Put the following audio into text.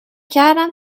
کردم